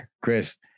Chris